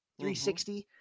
360